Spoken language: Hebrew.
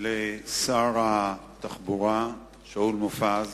לשר התחבורה שאול מופז.